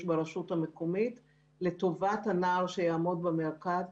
ברשות המקומית לטובת הנוער שיעמוד במרכז,